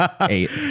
eight